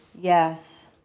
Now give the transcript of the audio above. Yes